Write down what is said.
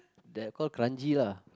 that call kranji lah